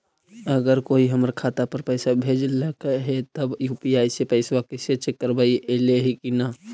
अगर कोइ हमर खाता पर पैसा भेजलके हे त यु.पी.आई से पैसबा कैसे चेक करबइ ऐले हे कि न?